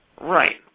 Right